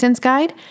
guide